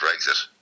Brexit